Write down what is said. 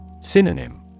Synonym